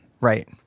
Right